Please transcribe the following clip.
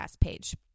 page